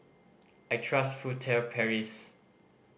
I trust Furtere Paris